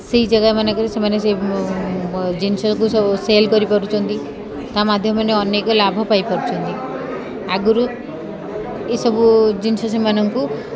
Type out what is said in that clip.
ସେହି ଜାଗାମାନଙ୍କରେ ସେମାନେ ସେ ଜିନିଷକୁ ସବୁ ସେଲ୍ କରିପାରୁଛନ୍ତି ତା'ମାଧ୍ୟମରେ ଅନେକ ଲାଭ ପାଇପାରୁଛନ୍ତି ଆଗରୁ ଏସବୁ ଜିନିଷ ସେମାନଙ୍କୁ